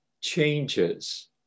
changes